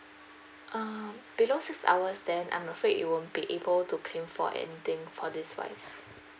uh below six hours then I'm afraid you won't be able to claim for anything for this wise